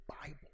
Bible